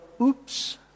oops